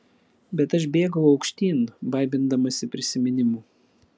bet aš bėgau aukštyn baimindamasi prisiminimų